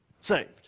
saved